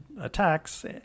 attacks